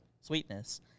Sweetness